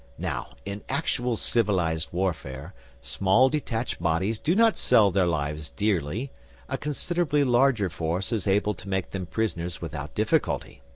now, in actual civilised warfare small detached bodies do not sell their lives dearly a considerably larger force is able to make them prisoners without difficulty.